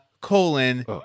colon